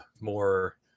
more